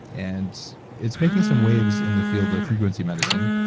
and it's making some waves in the field of frequency medicine.